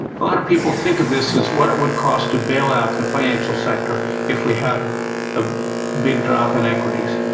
a lot of people think of this as what it would cost to bail out the financial sector if we have a big drop in equities.